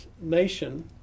nation